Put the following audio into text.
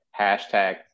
hashtag